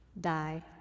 die